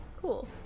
Cool